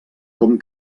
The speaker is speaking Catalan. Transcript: com